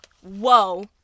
whoa